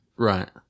Right